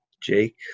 Jake